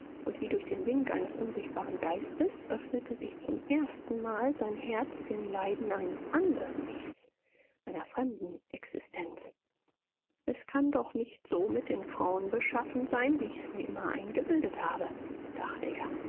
und wie durch den wink eines unsichtbaren geistes öffnete sich zum erstenmal sein herz den leiden eines andern ichs einer fremden existenz es kann doch nicht so mit den frauen beschaffen sein wie ich's mir immer eingebildet habe dachte er